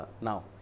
now